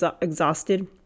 exhausted